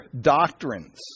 doctrines